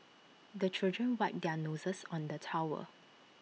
the children wipe their noses on the towel